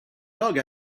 dug